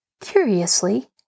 Curiously